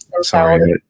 sorry